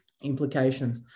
implications